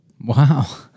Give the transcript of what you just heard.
Wow